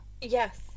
yes